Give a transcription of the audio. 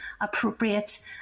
appropriate